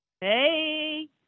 Hey